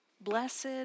Blessed